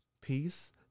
peace